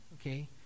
okay